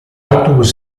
autobus